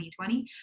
2020